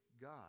God